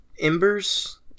embers